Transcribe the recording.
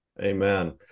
Amen